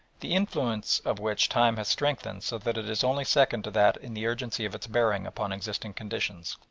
the influence of which time has strengthened so that it is only second to that in the urgency of its bearing upon existing conditions.